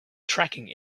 tracking